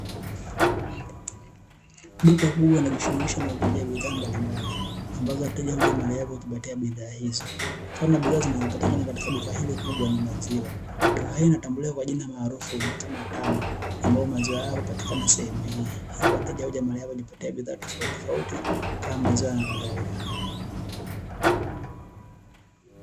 Duka kubwa linalojishughulisha na uuzaji wa bidhaa mbalimbali, ambazo wateja huja mahali hapa hujipatia bidhaa hizo. Mfano wa bidhaa zinazopatikana katika duka hilo kubwa ni maziwa. Duka hili linatambulika kwa jina maarufu kama "tamu" ambapo maziwa hayo hupatikana sehemu hii. Wateja huja mahali hapa na kujipatia bidhaa tofautitofauti kama maziwa na kadhalika.